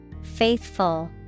Faithful